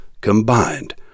combined